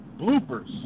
bloopers